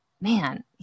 man